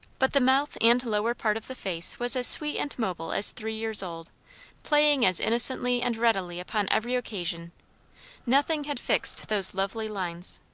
but the mouth and lower part of the face was as sweet and mobile as three years old playing as innocently and readily upon every occasion nothing had fixed those lovely lines.